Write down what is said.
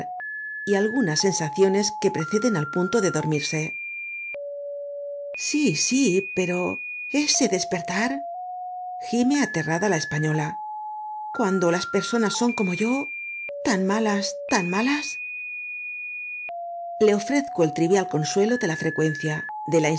y algunas sensaciones que preceden al punto de dormirse sí sí pero ese despertar gime aterrada la española cuando las personas son como yo tan malas tan malas la ofrezco el trivial consuelo de la frecuencia de la